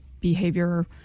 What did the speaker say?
behavior